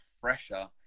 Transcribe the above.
fresher